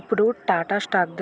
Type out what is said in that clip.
ఇప్పుడు టాటా స్టాక్ ధర ఎంత